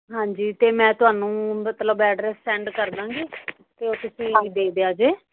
ਹਾਂਜੀ ਅਤੇ ਮੈਂ ਤੁਹਾਨੂੰ ਮਤਲਬ ਐਡਰੈਸ ਸੈਂਡ ਕਰ ਦਾਂਗੀ ਅਤੇ ਤੁਸੀਂ ਦੇ ਦਿਆ ਜੇ